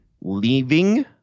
leaving